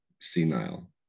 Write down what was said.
senile